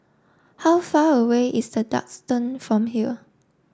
how far away is The Duxton from here